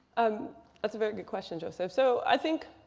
um that's a very good question joseph. so i think